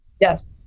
Yes